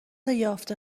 یافته